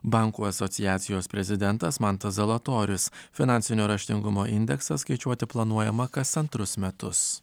bankų asociacijos prezidentas mantas zalatorius finansinio raštingumo indeksą skaičiuoti planuojama kas antrus metus